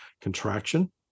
contraction